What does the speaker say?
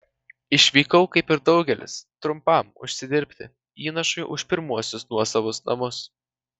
išvykau kaip ir daugelis trumpam užsidirbti įnašui už pirmuosius nuosavus namus